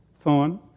thorn